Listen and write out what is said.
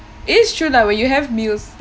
it is true lah where you have meals